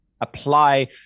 apply